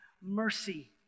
mercy